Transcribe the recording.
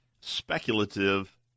speculative